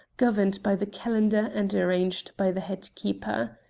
governed by the calendar and arranged by the head-keeper.